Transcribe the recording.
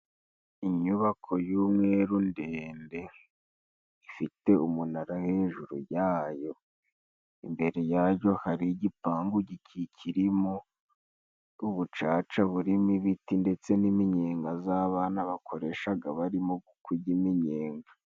Inyubako y'umweru ndende ifite umunara hejuru yayo imbere yayo hari igipangu gikikirimo ubucaca buririmo ibiti ndetse n'iminyenga z'abana bakoreshaga barimo kujya iminyenga.